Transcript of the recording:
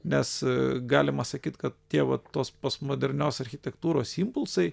nes galima sakyti kad tie vat tos postmodernios architektūros impulsai